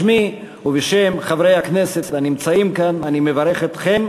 בשמי ובשם חברי הכנסת הנמצאים כאן אני מברך אתכם,